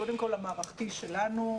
קודם כל המערכתי שלנו.